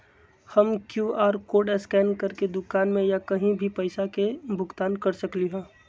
हम QR code scan करके दुकान में या कहीं भी पैसा के भुगतान कर सकली ह?